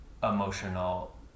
Emotional